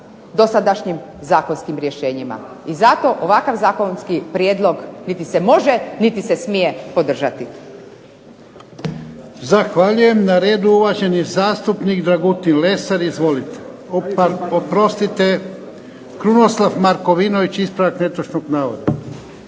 dosadašnjim zakonskim rješenjima. I zato ovakav zakonski prijedlog niti se može niti se smije podržati. **Jarnjak, Ivan (HDZ)** Zahvaljujem. Na redu je uvaženi zastupnik Krunoslav Markovinović, ispravak netočnog navoda.